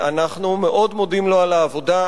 אנחנו מאוד מודים לו על העבודה,